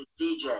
DJ